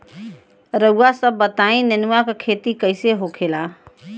रउआ सभ बताई नेनुआ क खेती कईसे होखेला?